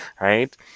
right